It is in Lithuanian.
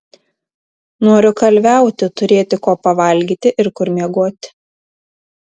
noriu kalviauti turėti ko pavalgyti ir kur miegoti